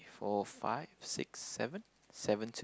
four five six seven seven two